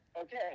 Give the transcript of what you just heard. Okay